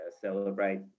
celebrate